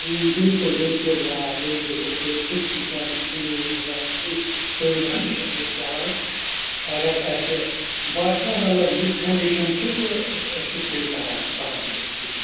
بِلکُل بِلکُل آ بلکل أسۍ چھِ ییٚتہِ سُہ تہِ چھِ وٕچھان أسۍ سوٗ مطلب سُوِدھا تہِ چھِ اَسہِ ییٚتہِ چَلان اگر اَسہِ باسہِ نہ مَطلب یِژھ کنٛڈِشَن چھِ تہٕ أسۍ چھِ تیٚلہِ کَران سُہ ہن تہِ ٹھیٖک